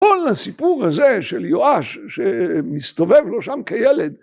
כל הסיפור הזה של יואש שמסתובב לו שם כילד.